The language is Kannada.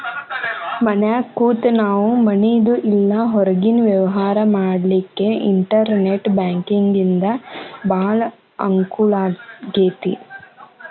ಮನ್ಯಾಗ್ ಕೂತ ನಾವು ಮನಿದು ಇಲ್ಲಾ ಹೊರ್ಗಿನ್ ವ್ಯವ್ಹಾರಾ ಮಾಡ್ಲಿಕ್ಕೆ ಇನ್ಟೆರ್ನೆಟ್ ಬ್ಯಾಂಕಿಂಗಿಂದಾ ಭಾಳ್ ಅಂಕೂಲಾಗೇತಿ